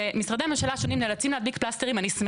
היא גם